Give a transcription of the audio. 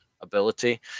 ability